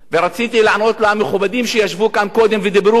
רציתי לענות למכובדים שישבו כאן קודם ודיברו: